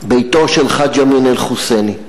ביתו של חאג' אמין אל-חוסייני.